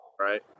right